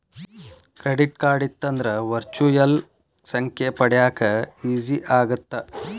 Credit card ಇತ್ತಂದ್ರ virtual ಸಂಖ್ಯೆ ಪಡ್ಯಾಕ ಈಜಿ ಆಗತ್ತ?